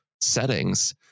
settings